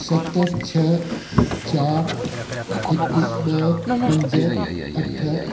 सत छह चारि हिकु ॿ पंज अठ